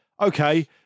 okay